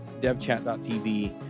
DevChat.tv